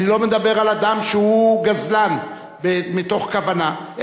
אני לא מדבר על אדם שהוא גזלן מתוך כוונה,